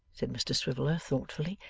said mr swiveller, thoughtfully,